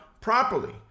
properly